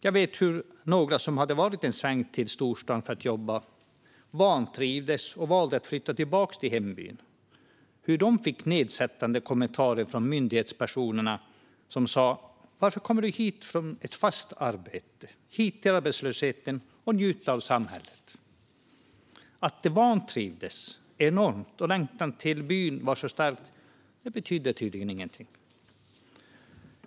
Jag vet hur några som hade varit en sväng till storstan för att jobba men vantrivdes och valde att flytta tillbaka till hembyn fick nedsättande kommentarer från myndighetspersoner som sade: Varför kommer du hit från ett fast arbete, hit till arbetslösheten för att njuta av samhället? Att de vantrivdes enormt och att längtan till byn var så stark betydde tydligen ingenting.